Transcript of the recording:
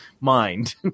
mind